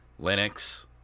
Linux